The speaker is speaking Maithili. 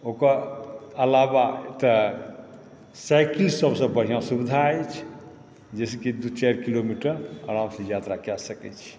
ओकर अलावा तऽ साइकिलसभसँ बढ़िआँ सुविधा अछि जाहिसँ कि दू चारि किलोमीटर आरामसँ यात्रा कए सकैत छी